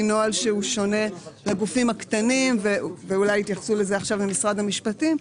נוהל שהוא שונה לגופים הקטנים ואולי יתייחסו לזה עכשיו ממשרד המשפטים.